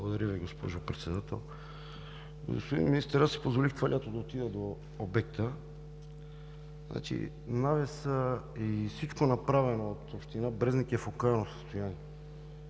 Благодаря, госпожо Председател. Господин Министър, аз си позволих това лято да отида до обекта. Навесът и всичко, направено от община Брезник, са в окаяно състояние.